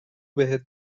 بهت